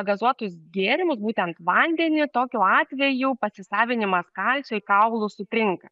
gazuotus gėrimus būtent vandenį tokiu atveju pasisavinimas kalcio į kaulus sutrinka